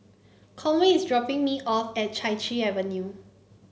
Conway is dropping me off at Chai Chee Avenue